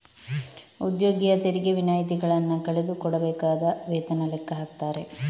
ಉದ್ಯೋಗಿಯ ತೆರಿಗೆ ವಿನಾಯಿತಿಗಳನ್ನ ಕಳೆದು ಕೊಡಬೇಕಾದ ವೇತನ ಲೆಕ್ಕ ಹಾಕ್ತಾರೆ